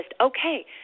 okay